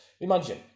imagine